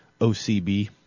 OCB